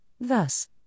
thus